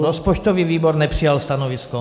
Rozpočtový výbor nepřijal stanovisko.